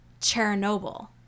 chernobyl